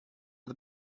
are